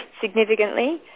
significantly